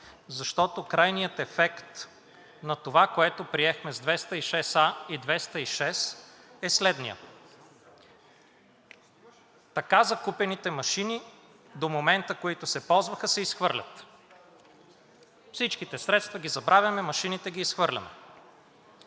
защото крайният ефект на това, което приехме с чл. 206а и чл. 206, е следният: Така закупените машини до момента, които се ползваха, се изхвърлят. Всичките средства ги забравяме, машините ги изхвърляме.